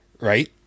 right